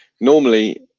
normally